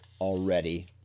already